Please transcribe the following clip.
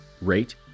rate